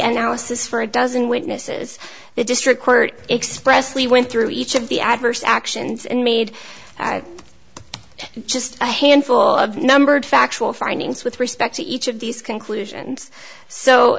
says for a dozen witnesses the district court expressly went through each of the adverse actions and made just a handful of numbered factual findings with respect to each of these conclusions so